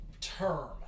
term